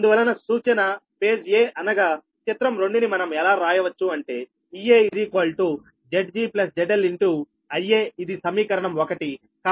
అందువలన సూచన phase a అనగా చిత్రం 2 ని మనం ఎలా రాయవచ్చు అంటే Ea Zg ZL Ia ఇది సమీకరణం 1